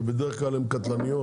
שהן בדרך כלל קטלניות